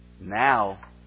Now